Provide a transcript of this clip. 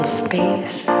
space